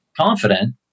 confident